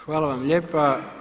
Hvala vam lijepa.